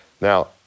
Now